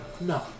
No